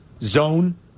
zone